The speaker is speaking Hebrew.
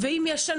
אם יש,